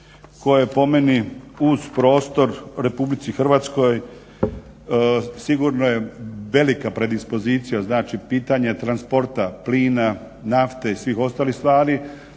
je po meni uz prostor RH sigurno je velika predispozicija pitanje transporta plina, nafte i svih ostalih stvari,